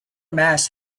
masts